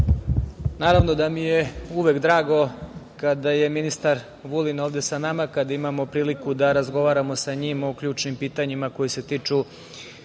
naravno da mi je uvek drago kada je ministar Vulin ovde sa nama, kada imamo priliku da razgovaramo sa njim o ključnim pitanjima koja se tiču